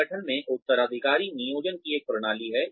संगठन में उत्तराधिकारी नियोजन की एक प्रणाली है